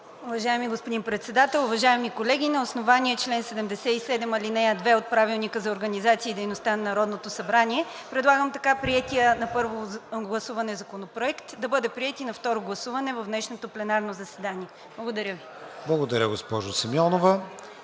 Уважаеми господин Председател, уважаеми колеги! На основание чл. 77, ал. 2 от Правилника за организацията и дейността на Народното събрание предлагам така приетия на първо гласуване Законопроект да бъде приет и на второ гласуване в днешното пленарно заседание. Благодаря Ви. ПРЕДСЕДАТЕЛ